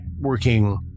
working